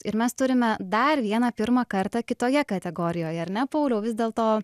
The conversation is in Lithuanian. ir mes turime dar vieną pirmą kartą kitoje kategorijoje ar ne pauliau vis dėlto